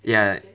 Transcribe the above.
ya